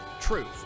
truth